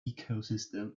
ecosystem